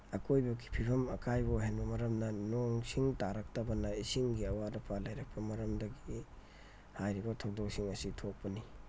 ꯑꯀꯣꯏꯕꯒꯤ ꯐꯤꯕꯝ ꯑꯀꯥꯏꯕ ꯑꯣꯏꯍꯟꯕ ꯃꯔꯝꯅ ꯅꯣꯡ ꯁꯤꯡ ꯇꯥꯔꯛꯇꯕꯅ ꯏꯁꯤꯡꯒꯤ ꯑꯋꯥꯠ ꯑꯄꯥ ꯂꯩꯔꯛꯄ ꯃꯔꯝꯗꯒꯤ ꯍꯥꯏꯔꯤꯕ ꯊꯧꯗꯣꯛꯁꯤꯡ ꯑꯁꯤ ꯊꯣꯛꯄꯅꯤ